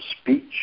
speech